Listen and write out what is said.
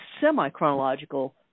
semi-chronological